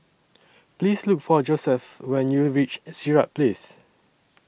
Please Look For Josef when YOU REACH Sirat Place